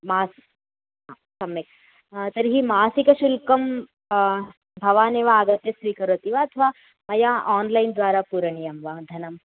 मास् सम्यक् तर्हि मासिकशुल्कं भवान् एव आगत्य स्वीकरोति वा अथवा मया आन्लैन् द्वारा पूरणीयं वा धनम्